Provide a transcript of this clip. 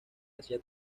asia